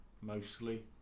mostly